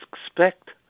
expect